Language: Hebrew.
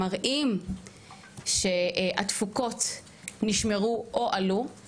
מראים שהתפוקות נשמרו או עלו,